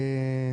מיליארד.